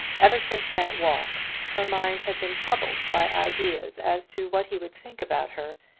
ever since that walk her mind had been troubled by ideas as to what he would think about her,